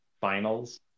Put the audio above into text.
finals